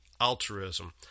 Altruism